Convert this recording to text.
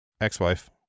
Ex-wife